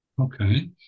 okay